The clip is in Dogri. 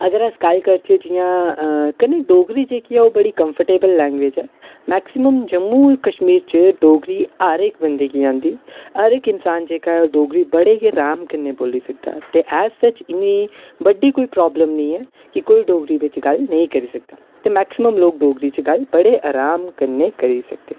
अगर अस गल्ल करचै जियां कन्नै डोगरी जेह्की ऐ ओह् बड़ी कंफर्टवल लैंग्वेज ऐ मैक्सीमम जम्मू कश्मीर च डोगरी हर एक बंदे गी औंदी हर इक्क इंसान जेह्ड़ा ऐ डोगरी बड़े गै आराम कन्नै बोली सकदा ते इस च इ'न्नी बड्डी कोई प्राब्लम निं ऐ की कोई डोगरी बिच गल्ल नेईं करी सकदा ते मैक्सीमम लोक डोगरी च गल्ल बड़े आराम कन्नै करी सकदे